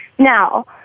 Now